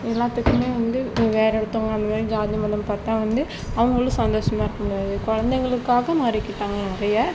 எல்லாத்துக்குமே வந்து வேறே ஒருத்தங்க அந்த மாதிரி ஜாதி மதம் பார்த்தா வந்து அவங்களும் சந்தோஷமா இருக்க முடியாது குழந்தைங்களுக்காக மாறிக்கிட்டாங்க நிறைய